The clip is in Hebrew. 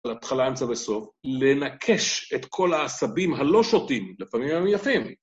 התחלה, אמצע וסוף, לנקש את כל העשבים הלא שוטים לפעמים הם יפים.